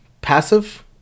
passive